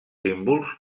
símbols